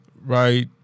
right